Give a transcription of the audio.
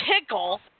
pickle